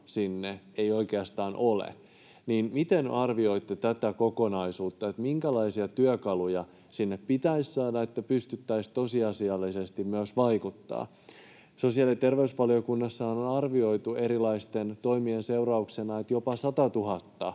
siihen ei oikeastaan ole. Miten arvioitte tätä kokonaisuutta? Minkälaisia työkaluja sinne pitäisi saada, että pystyttäisiin tosiasiallisesti myös vaikuttamaan? Sosiaali- ja terveysvaliokunnassa on arvioitu erilaisten toimien seurauksena, että jopa 100 000